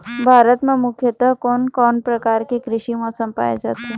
भारत म मुख्यतः कोन कौन प्रकार के कृषि मौसम पाए जाथे?